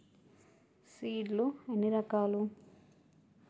Seed లు ఎన్ని రకాలు?